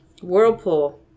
whirlpool